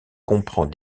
comprend